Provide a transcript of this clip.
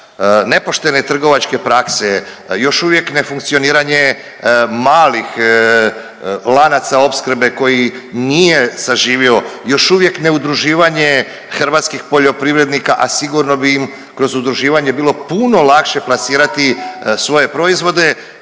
Nepoštene trgovačke prakse, još uvijek nefunkcioniranje malih lanaca opskrbe koji nije saživio, još uvijek neudruživanje hrvatskih poljoprivrednika, a sigurno bi im kroz udruživanje bilo puno lakše plasirati svoje proizvode,